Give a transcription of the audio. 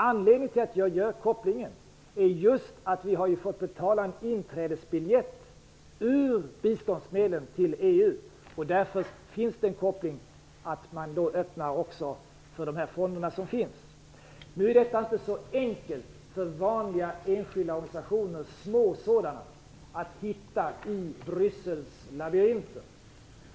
Anledningen till att jag gör kopplingen är just att vi har fått ta av biståndsmedlen för att betala inträdesbiljetten till EU. Det finns därför en koppling på så sätt att EU nu öppnar de fonder som finns. Det är dock inte så enkelt för små, vanliga enskilda organisationer att hitta i Bryssels labyrinter.